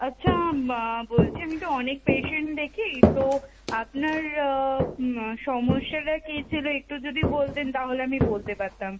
আচ্ছা বলছি আমি তো অনেক পেশেন্ট দেখি তো আপনার সমস্যাটা কী ছিলো একটু যদি বলতেন তাহলে আমি বলতে পারতাম